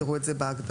תיראו את זה בהגדרות